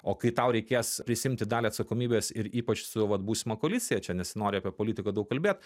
o kai tau reikės prisiimti dalį atsakomybės ir ypač su vat būsima koalicija čia nesinori apie politiką daug kalbėt